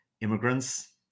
immigrants